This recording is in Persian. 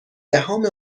دهم